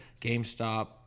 GameStop